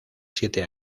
siete